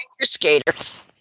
skaters